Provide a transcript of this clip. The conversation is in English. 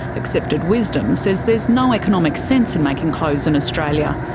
accepted wisdom says there's no economic sense in making clothes in australia.